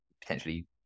potentially